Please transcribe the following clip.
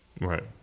Right